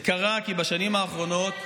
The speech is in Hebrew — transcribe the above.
זה קרה כי בשנים האחרונות,